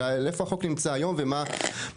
אלא איפה החוק נמצא היום ומה מטרתו.